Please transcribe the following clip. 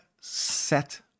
set